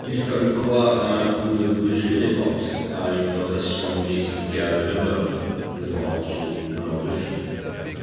il fallut croire à un coup de brusque démence à une tentation inexplicable de meurtre devant ce cou blanc de fille